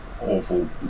awful